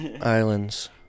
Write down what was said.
islands